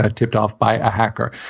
ah tipped off by a hacker.